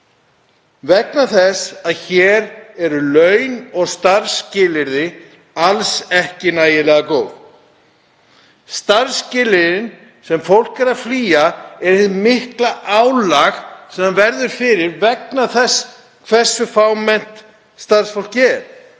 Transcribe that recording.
vegna þess að hér eru laun og starfsskilyrði alls ekki nægilega góð. Starfsskilyrðin sem fólk er að flýja er hið mikla álag sem það verður fyrir vegna þess hversu fámennt er